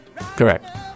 Correct